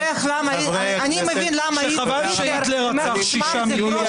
שחבל שהיטלר רצח 6 מיליון?